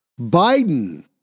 Biden